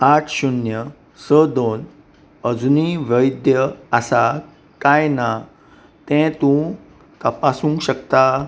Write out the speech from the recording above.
आठ शुन्य स दोन अजुनी वैद्द आसा काय ना तें तूं तपासूंक शकता